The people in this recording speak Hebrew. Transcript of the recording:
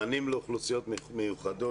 מענים לאוכלוסיות מיוחדות,